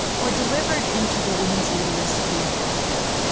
or delivered into the woman's uterus via catheter.